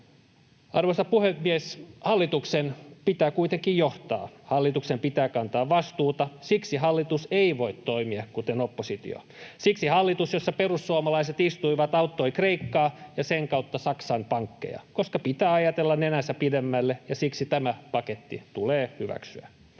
Arvoisa puhemies! Hallituksen pitää kuitenkin johtaa. Hallituksen pitää kantaa vastuuta. Siksi hallitus ei voi toimia kuten oppositio. Siksi hallitus, jossa perussuomalaiset istuivat, auttoi Kreikkaa ja sen kautta Saksan pankkeja, koska pitää ajatella nenäänsä pidemmälle. Ja siksi tämä paketti tulee hyväksyä.